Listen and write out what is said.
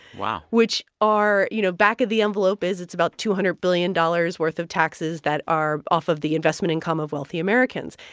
wow. which are, you know, back of the envelope is it's about two hundred billion dollars worth of taxes that are off of the investment income of wealthy americans.